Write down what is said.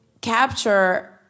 capture